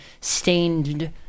stained